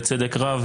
בצדק רב,